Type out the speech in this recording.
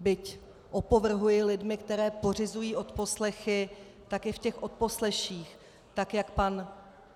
Byť opovrhuji lidmi, kteří pořizují odposlechy, tak i v těch odposleších, jak pan